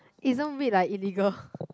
isn't weed like illegal